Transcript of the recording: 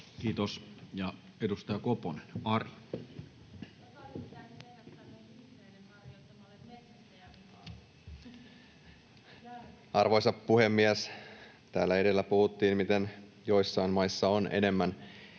Time: 18:28 Content: Arvoisa puhemies! Täällä edellä puhuttiin, miten joissain maissa on enemmän